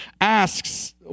asks